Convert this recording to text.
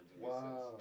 Wow